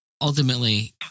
ultimately